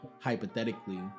hypothetically